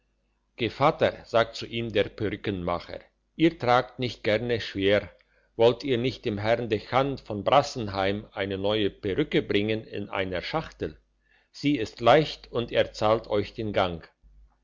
gevatter sagt zu ihm der peruckenmacher ihr tragt nicht gerne schwer wollt ihr nicht dem herrn dechant von brassenheim eine neue perücke bringen in einer schachtel sie ist leicht und er zahlt euch den gang